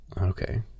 Okay